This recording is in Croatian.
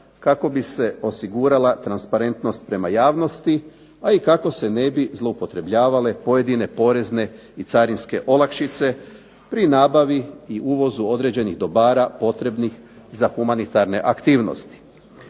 kako bi se osigurala transparentnost prema javnosti a i kako se ne bi zloupotrebljavale pojedine porezne i carinske povlastice pri nabavi i uvozu određenih dobara potrebnih za humanitarne aktivnosti.